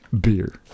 Beer